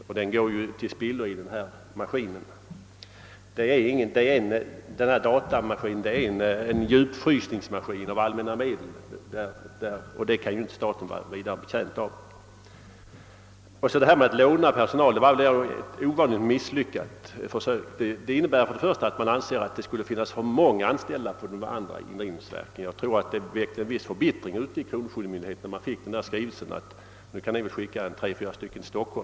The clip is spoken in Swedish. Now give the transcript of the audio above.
Men den går till spillo i databehandlingen. Datamaskinen är en djupfrysningsmaskin av allmänna medel på kravstadiet, och det kan inte staten vara särskilt betjänt av. Vad sedan systemet att låna folk beträffar är det ovanligt misslyckat. Det innebär ju att det skulle finnas för många anställda i övriga indrivningsverk. I de andra kronofogdemyndigheterna är man helt säkert mycket förbittrad över den skrivelse som gått ut och i vilken det föreslås att de skall skicka ett antal befattningshavare till Stockholm.